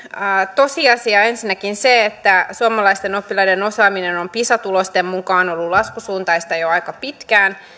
tosiasiaa ensinnäkin se että suomalaisten oppilaiden osaaminen on pisa tulosten mukaan ollut laskusuuntaista jo aika pitkään